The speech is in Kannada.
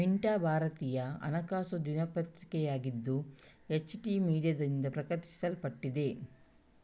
ಮಿಂಟಾ ಭಾರತೀಯ ಹಣಕಾಸು ದಿನಪತ್ರಿಕೆಯಾಗಿದ್ದು, ಎಚ್.ಟಿ ಮೀಡಿಯಾದಿಂದ ಪ್ರಕಟಿಸಲ್ಪಟ್ಟಿದೆ